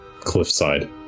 cliffside